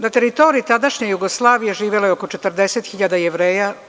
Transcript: Na teritoriji tadašnje Jugoslavije živelo je oko 40.000 Jevreja.